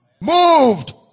moved